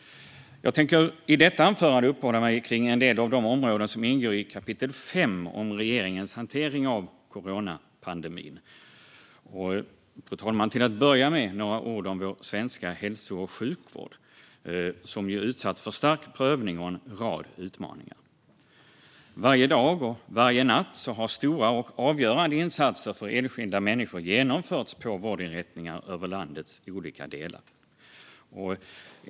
Jag tänker i detta anförande uppehålla mig kring en del av de områden som ingår i kapitel 5 om regeringens hantering av coronapandemin. Fru talman! Till att börja med ska jag säga några ord om vår svenska hälso och sjukvård, som ju utsatts för stark prövning och en rad utmaningar. Varje dag och varje natt har stora och avgörande insatser för enskilda människor genomförts på vårdinrättningar i landets olika delar.